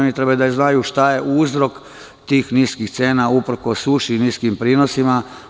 Oni treba da znaju šta je uzrok tih niskih cena, uprkos suši i niskim prinosima.